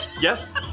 Yes